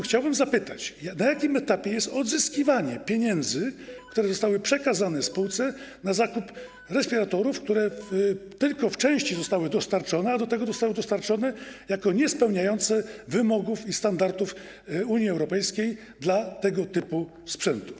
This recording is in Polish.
Chciałbym zapytać, na jakim etapie jest odzyskiwanie pieniędzy, które zostały przekazane spółce na zakup respiratorów, które tylko w części zostały dostarczone, a do tego nie spełniały wymogów i standardów Unii Europejskiej dla tego typu sprzętu.